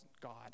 God